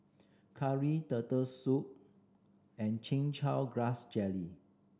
curry Turtle Soup and Chin Chow Grass Jelly